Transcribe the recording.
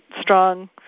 strong